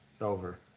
over